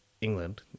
England